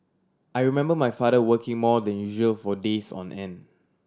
I remember my father working more than usual for days on end